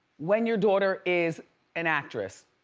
when your daughter is an actress,